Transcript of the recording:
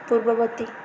ପୂର୍ବବର୍ତ୍ତୀ